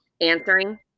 answering